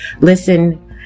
listen